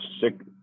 six